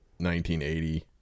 1980